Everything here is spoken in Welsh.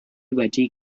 wedi